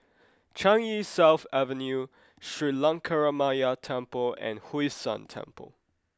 Changi South Avenue Sri Lankaramaya Temple and Hwee San Temple